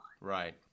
right